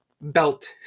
belt